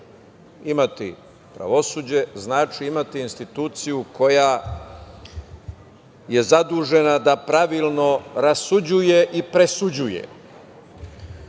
Imati pravosuđe znači imati instituciju koja je zadužena da pravilno rasuđuje i presuđuje.